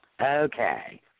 Okay